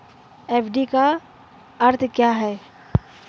FD का अर्थ क्या है?